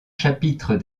chapitre